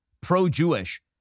pro-Jewish